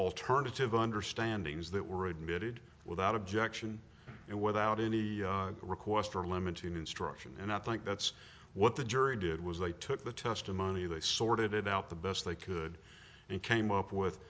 alternative understanding's that were admitted without objection and without any request or limiting instruction and i think that's what the jury did was they took the testimony they sorted it out the best they could and came up with